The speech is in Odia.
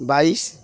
ବାଇଶ